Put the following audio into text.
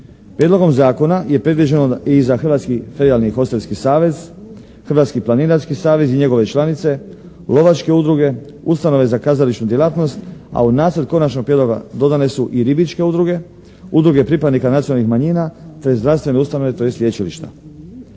Prijedlogom zakona je predviđeno i za Hrvatski ferijalni hostelski savez, Hrvatski planinarski savez i njegove članice, lovačke udruge, ustanove za kazališnu djelatnost a u nacrt konačnog prijedloga dodane su i ribičke udruge, udruge pripadnika nacionalnih manjina te zdravstvene ustanove tj. lječilišta.